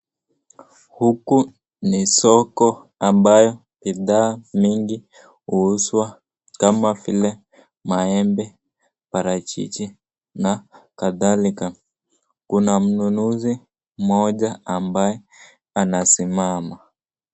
Huku ni soko ambayo bidhaa mingi uuzwa, kama vile maembe, barachichi na kadhalika. Kuna mnunuzi moja ambaye anasimama.